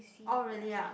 oh really ah